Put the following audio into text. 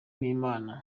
n’imana